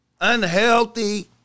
unhealthy